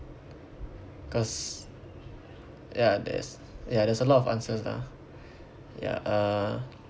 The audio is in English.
cause ya there's ya there's a lot of answers lah ya uh